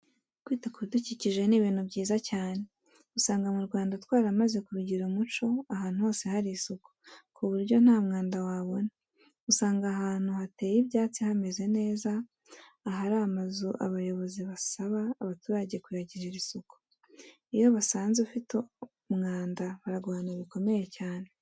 Kwita ku bidukikije ni ibintu byiza cyane, usanga mu Rwanda twaramaze kubigira umuco ahantu hose hari isuku, ku buryo nta mwanda wabona, usanga ahantu hateye ibyatsi hameze neza, ahari amazu abayobozi basaba abaturage kuyagirira isuku. Iyo basanze ufite umwanda baraguhana bikomeye cyane.